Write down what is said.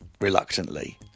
reluctantly